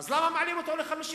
לא לבטל.